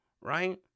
right